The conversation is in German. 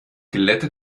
glätte